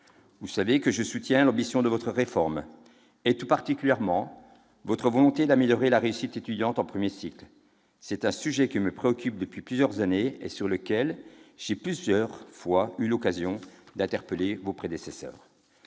Vous le savez, je soutiens l'ambition de votre réforme, tout particulièrement votre volonté d'améliorer la réussite étudiante en premier cycle, sujet qui me préoccupe depuis plusieurs années et sur lequel j'ai plusieurs fois eu l'occasion d'interpeller vos prédécesseurs.